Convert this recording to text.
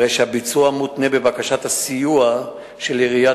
הרי שהביצוע מותנה בבקשת הסיוע של עיריית